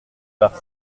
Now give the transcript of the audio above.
par